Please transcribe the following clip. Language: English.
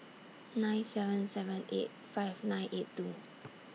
nine seven seven eight five nine eight two